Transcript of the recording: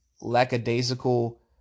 lackadaisical